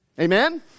Amen